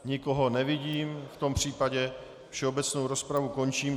Nikoho nevidím, v tom případě všeobecnou rozpravu končím.